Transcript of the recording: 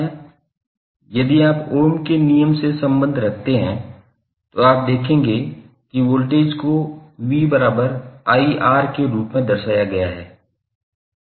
यदि आप ओम के नियम से संबंध रखते हैं तो आप देखेंगे कि वोल्टेज को 𝑣𝑖𝑅 के रूप में दर्शाया गया है